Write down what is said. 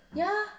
ya